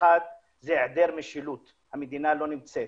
האחד זה היעדר משילות, המדינה לא נמצאת.